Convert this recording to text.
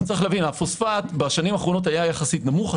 הפוספט בשנים האחרונות היה יחסית נמוך.